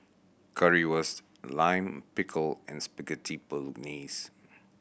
Currywurst Lime Pickle and Spaghetti Bolognese